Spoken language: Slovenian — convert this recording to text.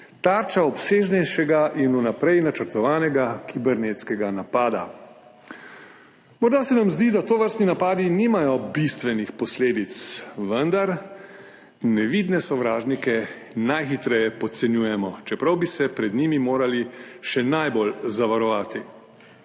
tarča obsežnejšega in vnaprej načrtovanega kibernetskega napada. Morda se nam zdi, da tovrstni napadi nimajo bistvenih posledic, vendar nevidne sovražnike najhitreje podcenjujemo, čeprav bi se pred njimi morali še najboljzavarovati.